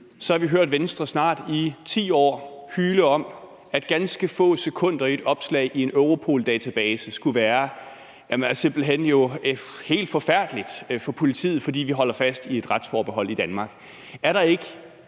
side har hørt Venstre i snart 10 år hyle op om, at ganske få sekunder i et opslag i en Europoldatabase skulle være simpelt hen helt forfærdeligt for politiet, fordi vi holder fast i et retsforbehold i Danmark?